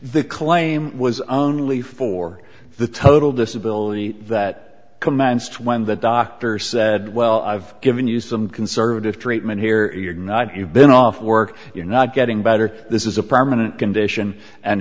the claim was only for the total disability that commenced when the doctor said well i've given you some conservative treatment here you've been off work you're not getting better this is a permanent condition and